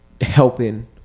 helping